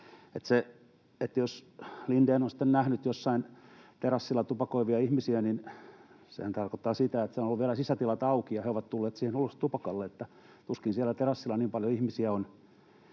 Jos Lindén on sitten nähnyt jossain terassilla tupakoivia ihmisiä, niin sehän tarkoittaa sitä, että siellä on olleet vielä sisätilat auki ja he ovat tulleet siihen ulos tupakalle — tuskin siellä terassilla niin paljon ihmisiä on,